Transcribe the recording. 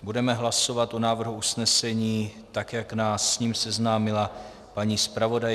Budeme hlasovat o návrhu usnesení, tak jak nás s ním seznámila paní zpravodajka.